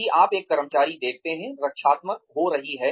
यदि आप एक कर्मचारी देखते हैं रक्षात्मक हो रही है